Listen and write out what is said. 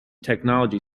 technology